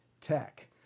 tech